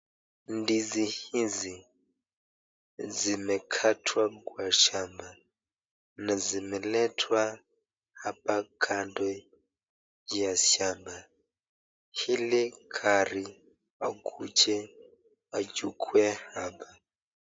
Ndizi hizi zimekatwa kwa shambani na zimeletwa hapa kando ya shamba, ili gari wakuje, wachukue hapa.